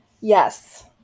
Yes